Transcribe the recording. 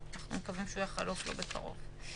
ואנחנו מקווים שהוא יחלוף לו בקרוב.